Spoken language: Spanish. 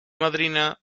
madrina